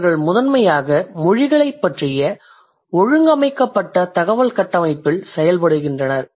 அவர்கள் முதன்மையாக மொழிகளைப் பற்றிய ஒழுங்கமைக்கப்பட்ட தகவல் கட்டமைப்பில் செயல்படுகின்றனர்